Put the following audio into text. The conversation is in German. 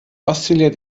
oszilliert